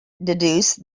deduce